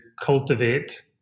cultivate